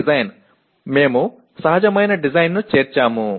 PO3 என்பது வடிவமைப்பு இயற்கையான வடிவமைப்பை நாம் சேர்த்துள்ளோம்